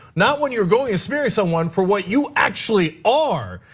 not when you're going to marry someone for what you actually are.